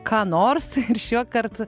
ką nors ir šiuokart